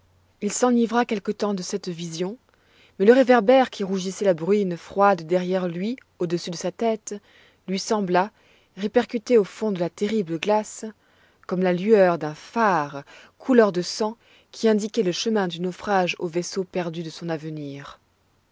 il s'enivra quelque temps de cette vision mais le réverbère qui rougissait la bruine froide derrière lui au-dessus de sa tête lui sembla répercuté au fond de la terrible glace comme la lueur d'un phare couleur de sang qui indiquait le chemin du naufrage au vaisseau perdu de son avenir